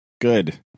good